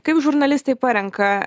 kaip žurnalistai parenka